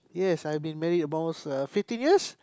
yes I've been married almost uh fifteen years